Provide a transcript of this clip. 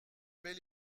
bel